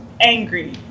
angry